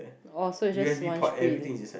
oh so it just one screen